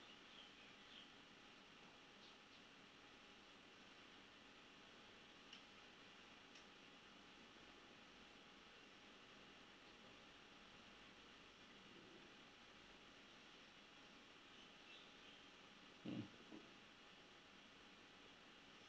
mm